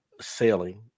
sailing